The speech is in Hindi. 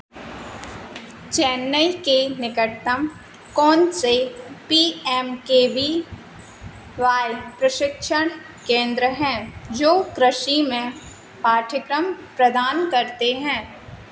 चेन्नई के निकटतम कौन से P M K V Y प्रशिक्षण केंद्र हैं जो कृषि में पाठ्यक्रम प्रदान करते हैं